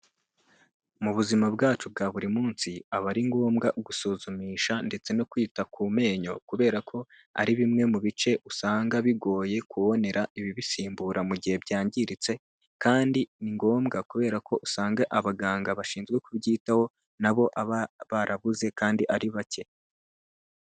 Mu buzima bwacu bwa buri munsi aba ari ngombwa gusuzumisha ndetse no kwita ku menyo kubera ko ari bimwe mu bice usanga bigoye kubonera ibibisimbura mu gihe byangiritse, kandi ni ngombwa kubera ko usanga abaganga bashinzwe kubyitaho nabo baba barabuze kandi ari bake.